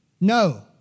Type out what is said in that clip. No